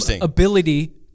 ability